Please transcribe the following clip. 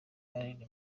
alain